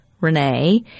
renee